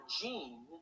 gene